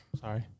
Sorry